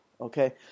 Okay